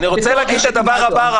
--- אני רוצה להגיד לך את הדבר הבא,